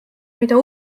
mida